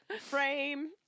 frame